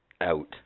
out